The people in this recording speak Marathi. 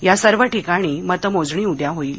या सर्व ठिकाणी मतमोजणी उद्या होईल